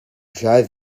dry